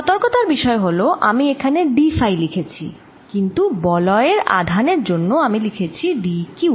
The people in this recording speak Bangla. সতর্কতার বিষয় হল আমি এখানে d ফাই লিখেছি কিন্তু বলয়ের আধানের জন্য আমি লিখেছি d q